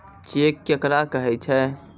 Cheque केकरा कहै छै?